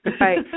Right